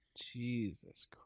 Jesus